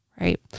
Right